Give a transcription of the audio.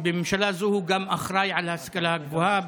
שבממשלה הזו הוא גם אחראי להשכלה הגבוהה,